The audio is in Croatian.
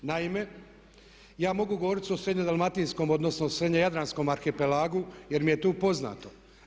Naime, ja mogu govoriti o srednje dalmatinskom, odnosno srednje jadranskom arhipelagu jer mi je tu poznato.